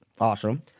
Awesome